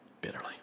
bitterly